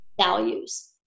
values